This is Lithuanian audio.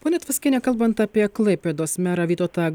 ponia tvaskiene kalbant apie klaipėdos merą vytautą